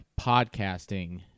podcasting